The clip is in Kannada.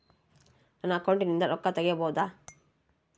ನನ್ನ ಅಕೌಂಟಿಂದ ರೊಕ್ಕ ತಗಿಬಹುದಾ?